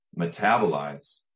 metabolize